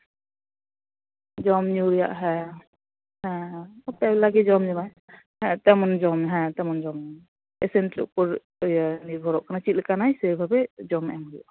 ᱡᱚᱢ ᱧᱩ ᱨᱮᱭᱟᱜ ᱦᱮᱸ ᱦᱮᱸ ᱯᱮ ᱵᱮᱞᱟ ᱜᱮ ᱡᱚᱢ ᱧᱩᱭᱟᱭ ᱦᱮᱸ ᱛᱮᱢᱚᱱ ᱡᱚᱢ ᱦᱮᱸ ᱛᱮᱢᱚᱱ ᱡᱚᱢ ᱤᱥᱤᱱᱤᱡ ᱩᱯᱟᱹᱨ ᱱᱤᱨᱵᱷᱚᱨᱚᱜ ᱠᱟᱱᱟᱭ ᱪᱮᱫ ᱞᱮᱠᱟᱱᱟᱭ ᱥᱮ ᱵᱷᱟᱵᱮ ᱡᱚᱢ ᱮᱢ ᱦᱩᱭᱩᱜᱼᱟ